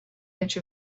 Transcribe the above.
edge